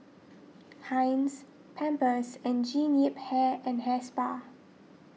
Heinz Pampers and Jean Yip Hair and Hair Spa